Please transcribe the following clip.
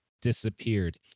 disappeared